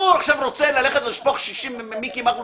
הוא עכשיו רוצה ללכת לשפוך 60 מיליון,